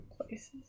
places